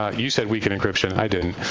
you said weaken encryption. i didn't.